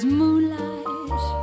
moonlight